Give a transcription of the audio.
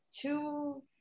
two